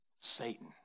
Satan